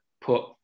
put